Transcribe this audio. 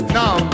now